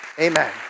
Amen